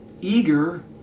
eager